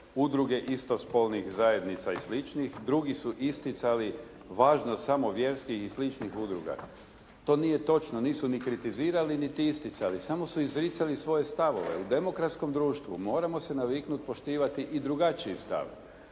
udruge istospolnih zajednica i sličnih, drugi su isticali važnost samo vjerske i sličnih udruga. To nije točno. Nisu ni kritizirali niti isticali. Samo su izricali svoje stavove. U demokratskom društvu moramo se naviknuti poštivati i drugačiji stav.